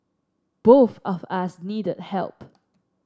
both of us needed help